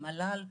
המל"ל,